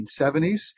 1970s